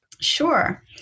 Sure